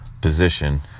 position